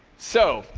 so,